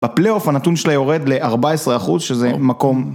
בפלייאוף הנתון שלה יורד ל-14 אחוז שזה מקום